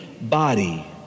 body